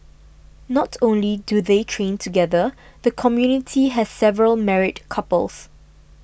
not only do they train together the community has several married couples